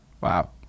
Wow